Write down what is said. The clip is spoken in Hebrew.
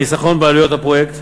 חיסכון בעלויות הפרויקט,